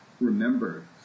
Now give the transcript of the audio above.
remember